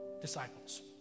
disciples